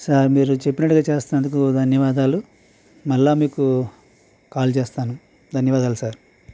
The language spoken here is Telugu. సార్ మీరు చెప్పినట్టుగా చేస్తునందుకు ధన్యవాదాలు మశ్ళ మీకు కాల్ చేస్తాను ధన్యవాదాలు సార్